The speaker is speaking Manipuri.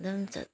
ꯑꯗꯨꯝ ꯆꯠꯄ